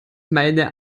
meine